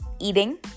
eating